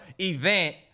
event